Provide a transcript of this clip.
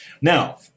Now